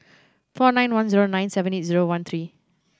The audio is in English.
four nine one zero nine seven eight one three